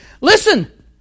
Listen